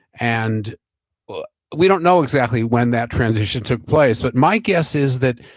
and but we don't know exactly when that transition took place, but my guess is that,